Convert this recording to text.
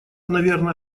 наверно